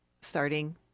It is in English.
starting